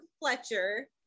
Fletcher